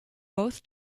both